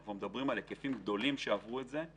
אנחנו מדברים על הרבה חיילים שעברו את זה.